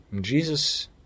Jesus